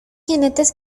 jinetes